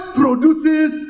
produces